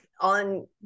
on